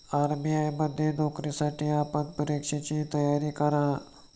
RBI मध्ये नोकरीसाठी आपण परीक्षेची तयारी करा